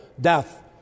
death